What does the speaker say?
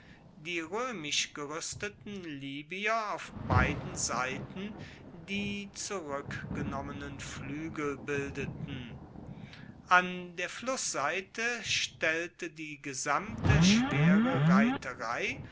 die roemisch geruesteten libyer auf beiden seiten die zurueckgenommenen fluegel bildeten an der flussseite stellte die gesamte schwere reiterei